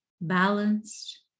balanced